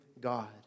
God